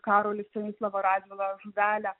karolį stanislovą radvilą žuvelę